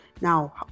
Now